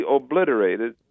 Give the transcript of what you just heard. obliterated